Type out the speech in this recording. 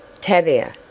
Tavia